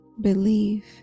believe